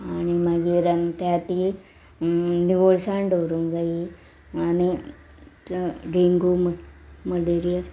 आनी मागीर त्या ती निवळसाण दवरूंक जायी आनी डेंगू मलेरिया